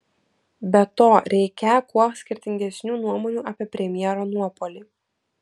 be to reikią kuo skirtingesnių nuomonių apie premjero nuopuolį